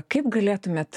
kaip galėtumėt